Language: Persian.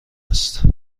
است